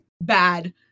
Bad